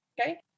Okay